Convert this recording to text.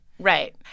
Right